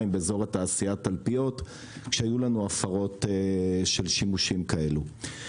באזור התעשייה תלפיות כשהיו לנו הפרות של שימושים כאלו.